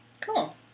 Cool